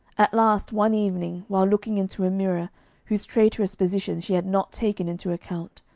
at last one evening, while looking into a mirror whose traitorous position she had not taken into account,